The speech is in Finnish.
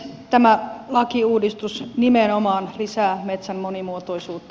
tämä lakiuudistus nimenomaan lisää metsän monimuotoisuutta